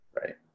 right